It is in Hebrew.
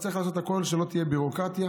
וצריך לעשות הכול שלא תהיה ביורוקרטיה.